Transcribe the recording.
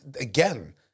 again